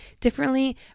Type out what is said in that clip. differently